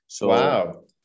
Wow